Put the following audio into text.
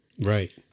Right